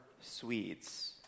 Swedes